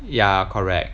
ya correct